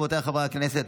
רבותיי חברי הכנסת,